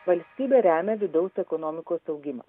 valstybė remia vidaus ekonomikos augimą